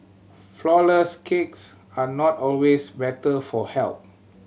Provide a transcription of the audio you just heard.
flourless cakes are not always better for health